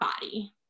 body